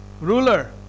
ruler